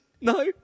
No